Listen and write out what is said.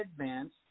advanced